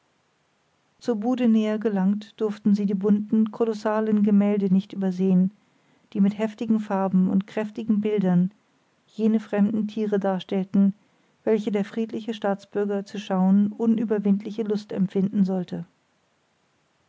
zur bude näher gelangt durften sie die bunten kolossalen gemälde nicht übersehen die mit heftigen farben und kräftigen bildern jene fremden tiere darstellten welche der friedliche staatsbürger zu schauen unüberwindliche lust empfinden sollte